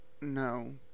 no